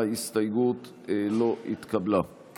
ההסתייגות לא התקבלה.